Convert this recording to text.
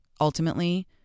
Ultimately